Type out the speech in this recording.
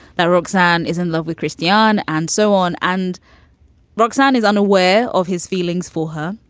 that roxann is in love with christianne and so on and roxann is unaware of his feelings for her